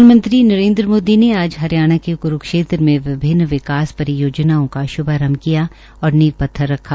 प्रधानमंत्री नरेन्द्र मोदी ने आज हरियाणा के कुरूक्षेत्र में विभन्न विकास परियोजनाओं का श्भारंभ और नींव पत्थर रखा